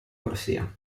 corsia